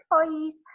employees